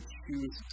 choose